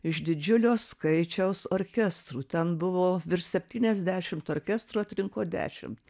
iš didžiulio skaičiaus orkestrų ten buvo virš septyniasdešimt orkestrų atrinko dešimt